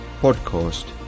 podcast